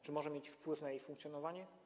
Czy może mieć wpływ na jej funkcjonowanie?